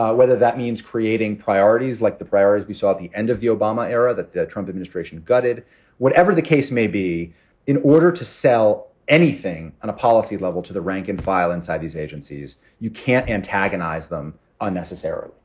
ah whether that means creating priorities like the priorities we saw at the end of the obama era that the trump administration gutted whatever the case may be in order to sell anything on a policy level to the rank and file inside these agencies, you can't antagonize them unnecessarily.